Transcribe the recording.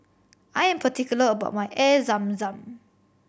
I am particular about my Air Zam Zam